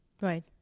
Right